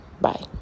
Bye